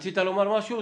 רצית לומר משהו?